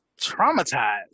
traumatized